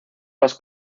las